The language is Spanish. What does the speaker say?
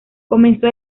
comenzó